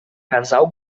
casal